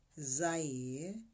Zaire